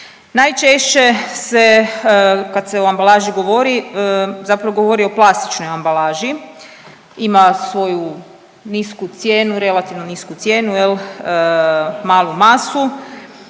Najčešće se kad se o ambalaži govori zapravo govori o plastičnoj ambalaži. Ima svoju nisku cijenu, relativno nisku cijenu jel, malu masu,